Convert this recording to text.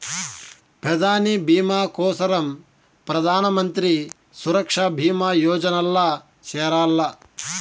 పెదాని బీమా కోసరం ప్రధానమంత్రి సురక్ష బీమా యోజనల్ల చేరాల్ల